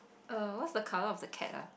err what's the color of the cat uh